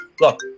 look